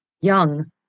young